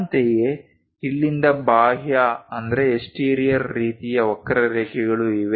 ಅಂತೆಯೇ ಇಲ್ಲಿಂದ ಬಾಹ್ಯ ರೀತಿಯ ವಕ್ರಾರೇಖೆಗಳು ಇವೆ